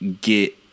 get